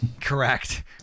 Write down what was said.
Correct